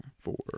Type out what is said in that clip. Four